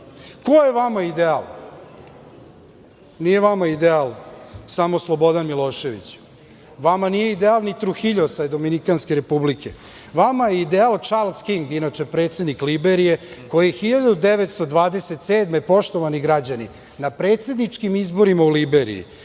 je vama ideal? Nije vama ideal samo Slobodan Milošević. Vama nije ideal ni Trohiljos iz Dominikanske Republike, vama je ideal Čarls King, inače predsednik Liberije, koji je 1927. godine, poštovani građani, na predsedničkim izborima u Liberiji,